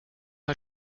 mal